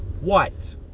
white